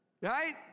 Right